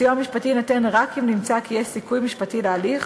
הסיוע המשפטי יינתן רק אם נמצא כי יש סיכוי משפטי להליך,